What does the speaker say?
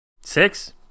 Six